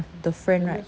the friend right